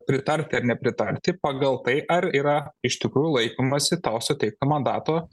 pritarti ar nepritarti pagal tai ar yra iš tikrųjų laikomasi tau suteikto mandato